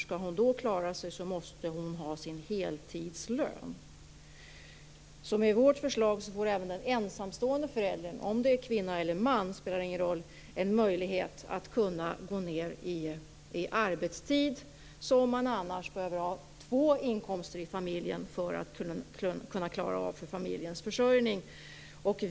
Skall hon då klara sig måste hon ha sin heltidslön. Enligt vårt förslag kan även den ensamstående föräldern, kvinna eller man spelar ingen roll, en möjlighet att gå ned i arbetstid. Annars behöver man har två inkomster i familjen för att kunna klara av familjens försörjning.